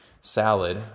salad